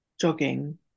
jogging